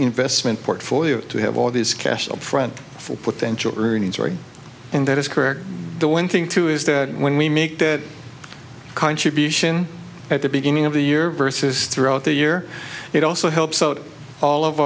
investment portfolio to have all these cash upfront for potential and that is correct the one thing too is that when we make that contribution at the beginning of the year versus throughout the year it also helps out all of